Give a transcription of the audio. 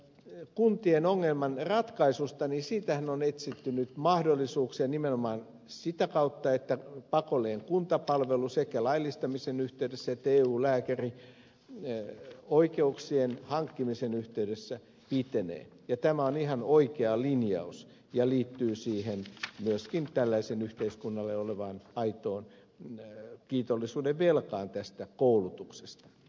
tämän kuntien ongelman ratkaisuksihan on etsitty nyt mahdollisuuksia nimenomaan sitä kautta että pakollinen kuntapalvelu sekä laillistamisen yhteydessä että eu lääkärioikeuksien hankkimisen yhteydessä pitenee ja tämä on ihan oikea linjaus ja liittyy myöskin tällaiseen yhteiskunnalle olevaan aitoon kiitollisuudenvelkaan tästä koulutuksesta